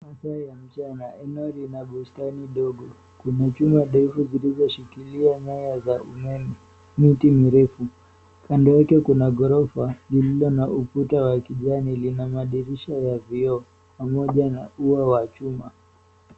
Masaa ya mchana eno lina bustani dogo kuna chuma zinazo shikilia nyaya za umeme, miti mirefu. Kando yake kuna gorofa lilio na ukuta la kijani na madirisha ya vioo pamoja na ua wa chuma.